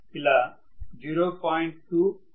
ఇలా 0